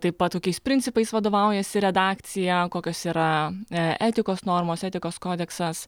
taip pat kokiais principais vadovaujasi redakcija kokios yra etikos normos etikos kodeksas